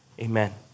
amen